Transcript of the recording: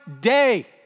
day